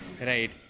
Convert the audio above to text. right